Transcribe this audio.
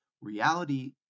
Reality